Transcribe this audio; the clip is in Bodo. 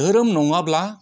धोरोम नङाब्ला